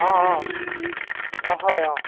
অঁ অঁ অঁ হয় অঁ